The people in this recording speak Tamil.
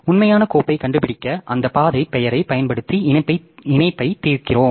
உண்மையான கோப்பைக் கண்டுபிடிக்க அந்த பாதை பெயரைப் பயன்படுத்தி இணைப்பைத் தீர்க்கிறோம்